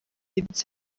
ibye